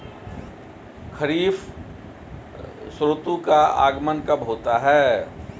खरीफ ऋतु का आगमन कब होता है?